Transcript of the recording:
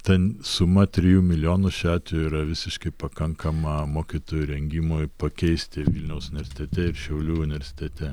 tan suma trijų milijonų šiuo atveju yra visiškai pakankama mokytojų rengimui pakeisti vilniaus universitete ir šiaulių universitete